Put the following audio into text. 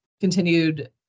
continued